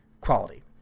quality